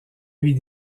vis